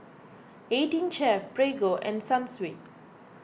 eighteen Chef Prego and Sunsweet